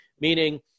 meaning